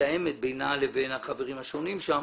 מתאמת בינה לבין החברים השונים שם.